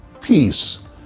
peace